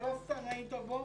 ולא סתם היית בו